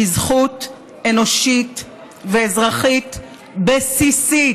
היא זכות אנושית ואזרחית בסיסית,